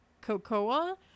Cocoa